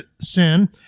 sin